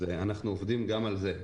אנחנו עובדים גם על זה.